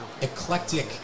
eclectic